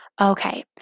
Okay